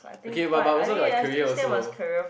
okay but but also like career also